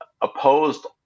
opposed